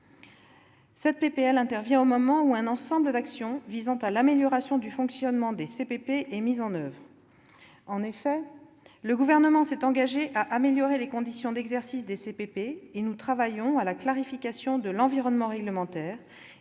de loi intervient alors même qu'un ensemble d'actions visant à l'amélioration du fonctionnement des CPP est mis en oeuvre. En effet, le Gouvernement s'est engagé à améliorer les conditions d'exercice des CPP. Nous travaillons par ailleurs à la clarification de l'environnement réglementaire